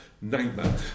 nightmare